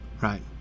right